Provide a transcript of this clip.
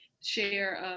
Share